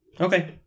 Okay